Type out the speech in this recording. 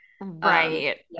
Right